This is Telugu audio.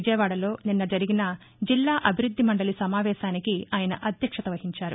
విజయవాడలో నిన్న జరిగిన జిల్లా అభివృద్ది మండలి సమావేశానికి ఆయన అధ్యక్షత వహించారు